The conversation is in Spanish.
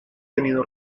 tenido